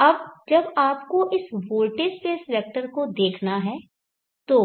अब जब आपको इस वोल्टेज स्पेस वेक्टर को देखना है तो